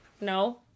No